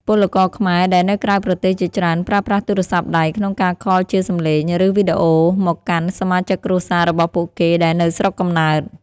ពលករខ្មែរដែលនៅក្រៅប្រទេសជាច្រើនប្រើប្រាស់ទូរស័ព្ទដៃក្នុងការខលជាសម្លេង ឬ វីដេអូមកកាន់សមាជិកគ្រួសាររបស់ពួកគេដែលនៅស្រុកកំណើត។